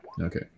Okay